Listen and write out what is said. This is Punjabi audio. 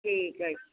ਠੀਕ ਹੈ ਜੀ